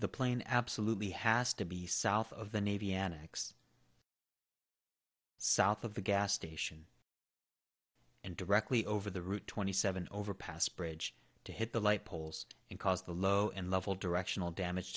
the plane absolutely has to be south of the navy enix south of the gas station and directly over the route twenty seven overpass bridge to hit the light poles and cause the low and level directional damage